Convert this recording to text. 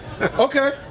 Okay